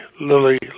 Lily